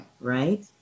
right